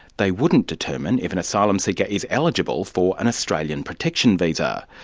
they wouldn't determine if an asylum seeker is eligible for an australian protection visa.